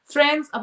Friends